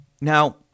Now